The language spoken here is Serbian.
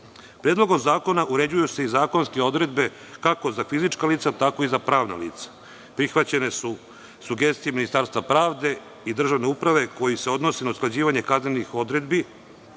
redu. Predlogom zakona uređuju se i zakonske odredbe, kako za fizička lica, tako i za pravna lica. Prihvaćene su sugestije Ministarstva pravde i državne uprave, koji se odnose na usklađivanje kaznenih odredbi